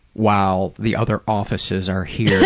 while the other offices are here,